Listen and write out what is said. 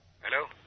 Hello